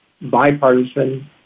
bipartisan